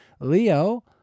Leo